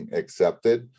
accepted